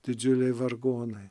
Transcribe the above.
didžiuliai vargonai